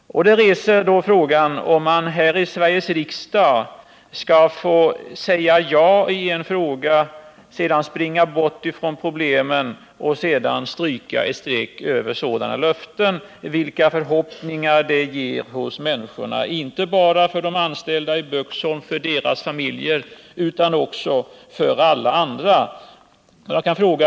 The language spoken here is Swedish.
Det reser frågan om vi här i Sveriges riksdag först skall få säga ja i en fråga men sedan kunna springa bort från problemen och bara stryka ett streck över sådana löften, oavsett vilka förhoppningar de ingett människorna — inte bara de anställda i Böksholm och deras familjer, utan också alla andra.